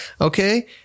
Okay